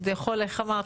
שזה יכול, איך אמרת?